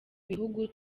bihugu